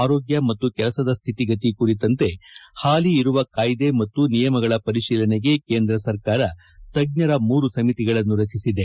ಆರೋಗ್ಯ ಮತ್ತು ಕೆಲಸದ ಸ್ಥಿತಿಗತಿ ಕುರಿತಂತೆ ಹಾಲಿ ಇರುವ ಕಾಯ್ದೆ ಮತ್ತು ನಿಯಮಗಳ ವರಿಶೀಲನೆಗೆ ಕೇಂದ್ರ ಸರ್ಕಾರ ತಜ್ಞರ ಮೂರು ಸಮಿತಿಗಳನ್ನು ರಚಿಸಿದೆ